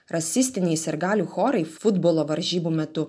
rasistiniai sirgalių chorai futbolo varžybų metu